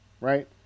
right